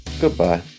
Goodbye